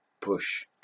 push